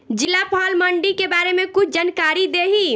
जिला फल मंडी के बारे में कुछ जानकारी देहीं?